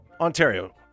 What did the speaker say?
Ontario